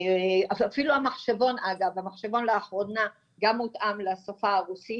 אגב, אפילו המחשבון לאחרונה גם מותאם לשפה הרוסית.